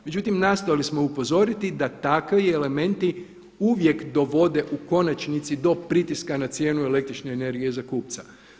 Međutim nastojali smo upozoriti da takvi elementi uvijek dovode u konačnici do pritiska na cijenu električne energije za kupca.